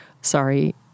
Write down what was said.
Sorry